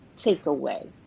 takeaway